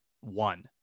one